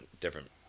different